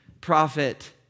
prophet